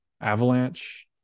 Avalanche